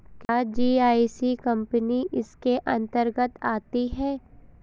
क्या GIC company इसके अन्तर्गत आती है?